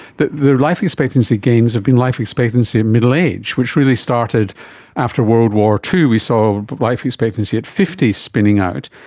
but the life expectancy gains have been life expectancy in middle age, which really started after world war ii, we saw but life expectancy at fifty spitting out,